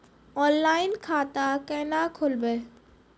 Online खाता केना खोलभैबै?